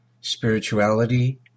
spirituality